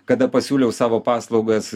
kada pasiūliau savo paslaugas